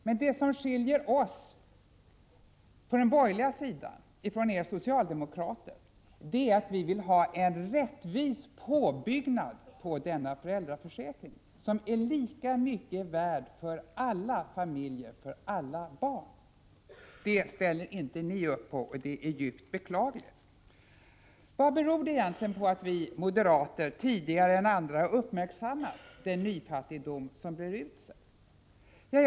Men det som skiljer oss borgerliga från er socialdemokrater i denna fråga är att vi vill ha en rättvis påbyggnad på denna föräldraförsäkring, som är lika mycket värd för alla familjer med barn. Det ställer inte ni upp på, och det är djupt beklagligt. Vad beror det egentligen på att vi moderater tidigare än andra har uppmärksammat den nyfattigdom som breder ut sig?